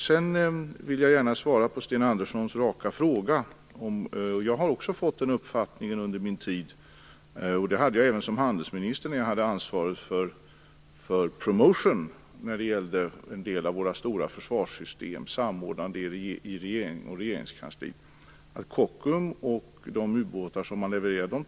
Jag skall gärna svara på Sten Anderssons raka fråga. Jag har också fått uppfattningen under min tid som försvarsminister att Kockums och dess ubåtar tillhör de absolut världsbästa. Den uppfattningen hade jag även som handelsminister när jag i Regeringskansliet hade ansvaret för promotion och samordnande av en del av våra stora försvarssystem.